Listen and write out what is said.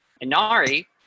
Inari